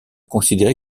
considéré